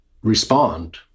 respond